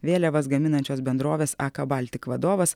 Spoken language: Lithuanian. vėliavas gaminančios bendrovės aka baltic vadovas